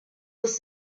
was